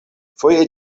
foje